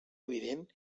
evident